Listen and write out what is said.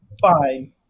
fine